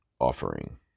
offering